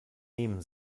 nehmen